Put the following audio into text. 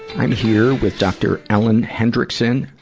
i'm here with dr. ellen hendriksen.